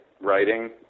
writing